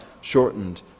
shortened